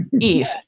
Eve